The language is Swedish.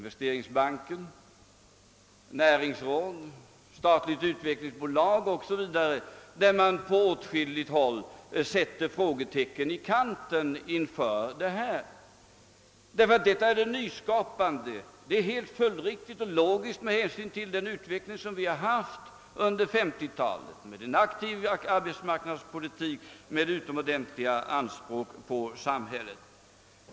Man har satt åtskilliga frågetecken i kanten för investeringsbanken, näringsrådet och förslaget om ett statligt utvecklingsbolag. Här är det fråga om nyskapande. Med hänsyn till den utveckling vi haft under 1950-talet med dess aktiva arbetsmarknadspolitik är det helt följdriktigt och logiskt att ställa utomordentliga anspråk på samhället.